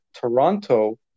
Toronto